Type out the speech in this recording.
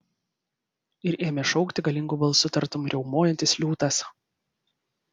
ir ėmė šaukti galingu balsu tartum riaumojantis liūtas